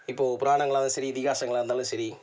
இப்போது புராணங்களானாலும் சரி இதிகாசங்களாருந்தாலும் சரி